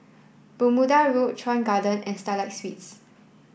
Bermuda Road Chuan Garden and Starlight Suites